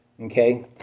Okay